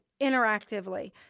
interactively